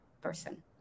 person